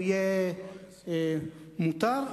יהיה מותר,